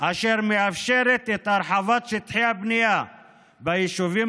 אשר מאפשרת את הרחבת שטחי הבנייה ביישובים